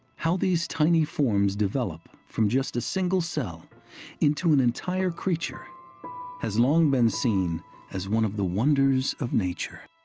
how these tiny forms develop from just a single cell into an entire creature has long been seen as one of the wonders of nature.